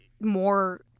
more